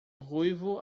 ruivo